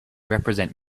represent